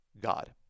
God